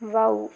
wow